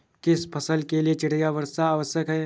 किस फसल के लिए चिड़िया वर्षा आवश्यक है?